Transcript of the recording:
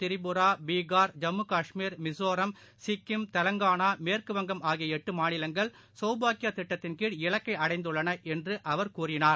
திரிபுரா பீகார் ஜம்மு காஷ்மீர் மிசோரம் சிக்கிம் தெலங்கானா மேற்கு வங்கம் ஆகியஎட்டுமாநிலங்கள் சௌபாக்யாதிட்டத்தின் கீழ் இலக்கைஅடைந்துள்ளனஎன்றும் அவர் கூறினார்